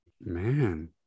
man